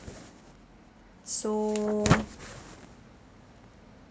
so